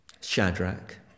Shadrach